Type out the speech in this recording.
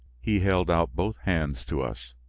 he held out both hands to us.